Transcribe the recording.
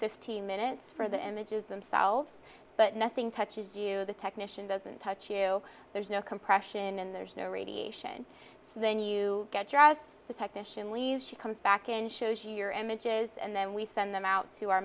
fifteen minutes for the images themselves but nothing touches you the technician doesn't touch you there's no compression and there's no radiation then you get your eyes the technician leigh's she comes back and shows you your images and then we send them out to our